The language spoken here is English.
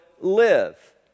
live